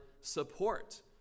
support